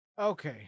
Okay